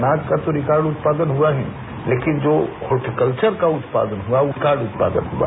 अनाज का तो रिकॉर्ड उत्पादन हुआ ही है लेकिन जो हॉर्टिकल्चर का उत्पादन हुआ वो रिकॉर्ड उत्पादन हुआ